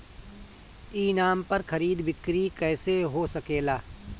ई नाम पर खरीद बिक्री कैसे हो सकेला?